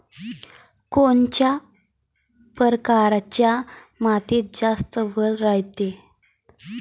कोनच्या परकारच्या मातीत जास्त वल रायते?